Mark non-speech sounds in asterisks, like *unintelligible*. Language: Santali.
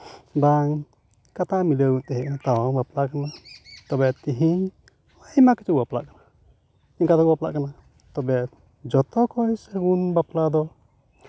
ᱵᱟᱝ ᱠᱟᱛᱷᱟ ᱢᱤᱞᱟᱹᱣ *unintelligible* ᱵᱟᱯᱞᱟ ᱨᱮᱢᱟ ᱛᱚᱵᱮ ᱛᱮᱦᱤᱧ ᱟᱭᱢᱟ ᱠᱤᱪᱷᱩ ᱠᱚ ᱵᱟᱯᱞᱟᱜ ᱠᱟᱱᱟ ᱤᱱᱠᱟᱹ ᱛᱮᱠᱚ ᱵᱟᱯᱞᱟᱜ ᱠᱟᱱᱟ ᱛᱚᱵᱮ ᱡᱚᱛᱚ ᱠᱷᱚᱱ ᱥᱟᱹᱜᱩᱱ ᱵᱟᱯᱞᱟ ᱫᱚ